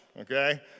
okay